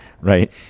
right